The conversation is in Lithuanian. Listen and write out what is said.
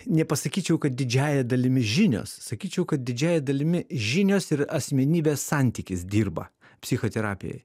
nepasakyčiau kad didžiąja dalimi žinios sakyčiau kad didžiąja dalimi žinios ir asmenybės santykis dirba psichoterapijoj